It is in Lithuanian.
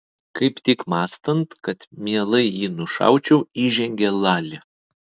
kaip tik mąstant kad mielai jį nušaučiau įžengė lali